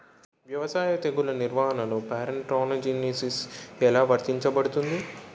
వ్యవసాయ తెగుళ్ల నిర్వహణలో పారాట్రాన్స్జెనిసిస్ఎ లా వర్తించబడుతుంది?